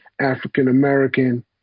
african-american